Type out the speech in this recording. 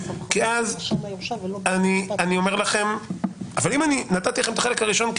כי שם אני אומר לכם --- אבל אם כבר נתתי לכם את החלק הראשון כי